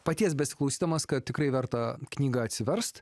paties besiklausydamas kad tikrai verta knygą atsiverst